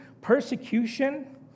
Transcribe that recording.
persecution